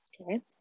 Okay